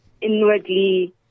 inwardly